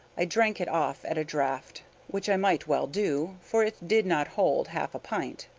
i drank it off at a draught, which i might well do, for it did not hold half a pint.